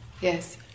Yes